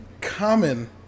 common